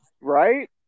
Right